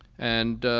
and